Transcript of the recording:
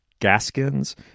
Gaskins